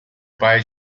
pai